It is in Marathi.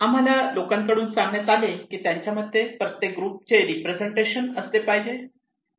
आम्हाला लोकांकडून सांगण्यात आले की त्यांच्या मते प्रत्येक ग्रुप चे रिप्रेझेंटेशन असले पाहिजे